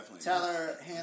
Tyler